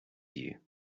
you